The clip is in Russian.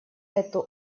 эту